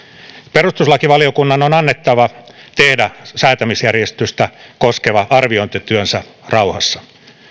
perustuslakivaliokunnan on annettava tehdä säätämisjärjestystä koskeva arviointityönsä rauhassa